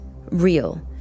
real